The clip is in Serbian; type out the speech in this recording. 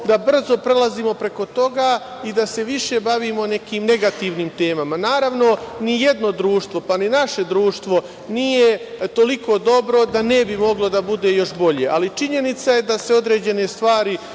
da brzo prelazimo preko toga i da se više bavimo nekim negativnim temama. Naravno, nijedno društvo, pa ni naše društvo nije toliko dobro da ne bi moglo da bude još bolje, ali činjenica je da se određene stvari